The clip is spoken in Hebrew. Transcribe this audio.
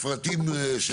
במפרטים,